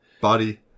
Body